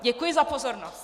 Děkuji za pozornost.